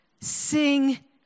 Sing